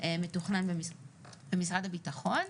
מתוכנן במשרד הביטחון,